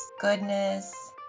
goodness